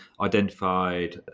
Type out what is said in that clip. identified